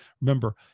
Remember